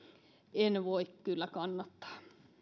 en voi kyllä kannattaa